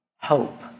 Hope